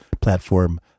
platform